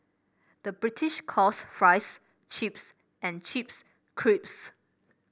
the British calls fries chips and chips crisps